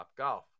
Topgolf